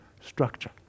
structure